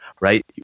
right